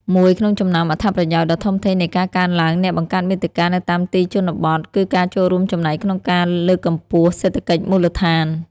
មួយក្នុងចំណោមអត្ថប្រយោជន៍ដ៏ធំធេងនៃការកើនឡើងអ្នកបង្កើតមាតិកានៅតាមទីជនបទ គឺការចូលរួមចំណែកក្នុងការ លើកកម្ពស់សេដ្ឋកិច្ចមូលដ្ឋាន។